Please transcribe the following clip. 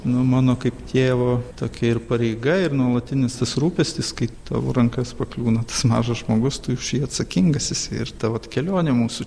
nu mano kaip tėvo tokia ir pareiga ir nuolatinis tas rūpestis kai tavo rankas pakliūna tas mažas žmogus tu už jį atsakingas esi ir ta vat kelionė mūsų